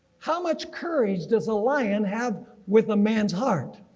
how much courage does a lion have with a man's heart.